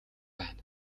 байна